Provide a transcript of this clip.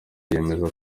yemeza